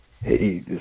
hey